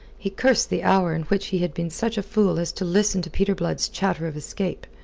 he cursed the hour in which he had been such a fool as to listen to peter blood's chatter of escape.